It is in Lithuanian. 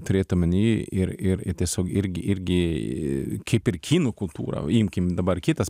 turėt omeny ir ir tiesiog irgi irgi kaip ir kinų kultūrą imkim dabar kitas